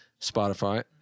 Spotify